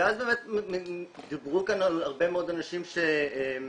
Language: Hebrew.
ואז באמת דיברו כאן הרבה מאוד אנשים שפוגשים